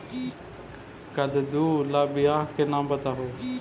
कददु ला बियाह के नाम बताहु?